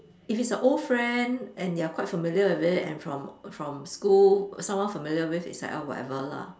if it's a old friend and they're quite familiar with it and from from school someone familiar with it's like ah whatever lah